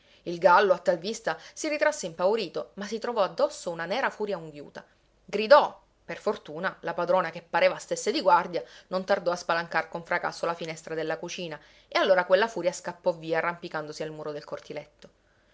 il gallo a tal vista si ritrasse impaurito ma si trovò addosso una nera furia unghiuta gridò per fortuna la padrona che pareva stesse di guardia non tardò a spalancar con fracasso la finestra della cucina e allora quella furia scappò via arrampicandosi al muro del cortiletto